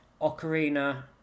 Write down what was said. Ocarina